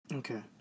Okay